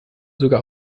sogar